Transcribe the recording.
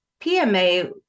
PMA